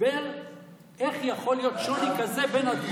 הסבר איך יכול להיות שוני כזה בין התגובות,